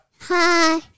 Hi